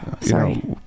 sorry